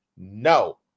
No